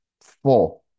four